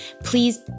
Please